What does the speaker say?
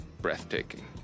breathtaking